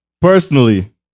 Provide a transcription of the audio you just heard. personally